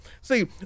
See